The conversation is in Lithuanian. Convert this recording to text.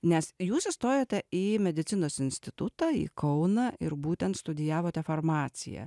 nes jūs įstojote į medicinos institutą į kauną ir būtent studijavote farmaciją